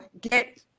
get